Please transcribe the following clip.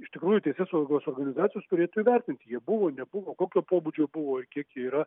iš tikrųjų teisėsaugos organizacijos turėtų įvertinti jie buvo nebuvo kokio pobūdžio buvo kiek yra